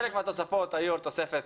חלק מהתוספות היו על תוספת